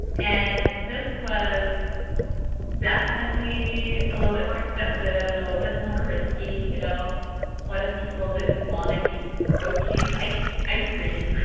and this was definitely a little bit more expensive, and a little bit more risky. you know what if people didn't want to eat goat cheese ice ice cream?